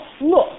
look